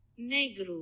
Negro